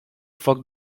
foc